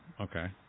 okay